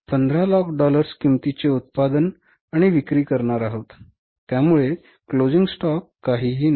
बंदिस्त साठा काहीही नाही